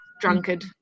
drunkard